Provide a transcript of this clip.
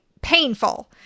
painful